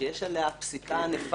בתוך ההנחיה.